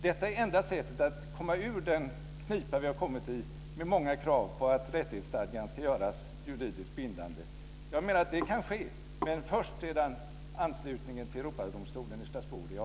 Detta är det enda sättet att komma ur den knipa som vi har kommit i med många krav på att rättighetsstadgan ska göras juridiskt bindande. Jag menar att det kan ske, men först sedan anslutningen till Europadomstolen i